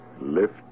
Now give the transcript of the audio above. Lift